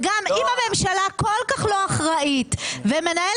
אם הממשלה כל כך לא אחראית ומנהלת